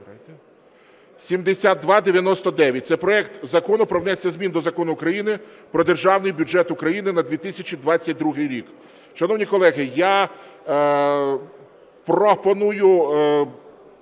7299. Це проект Закону про внесення змін до Закону України "Про Державний бюджет України на 2022 рік". Шановні колеги, я пропоную